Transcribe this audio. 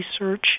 research